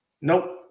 Nope